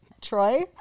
Troy